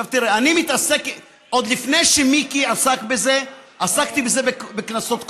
עוד לפני שמיקי עסק בזה, עסקתי בזה בכנסות קודמות.